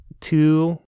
two